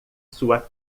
sua